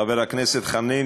חבר הכנסת חנין,